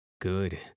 Good